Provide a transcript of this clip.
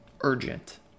urgent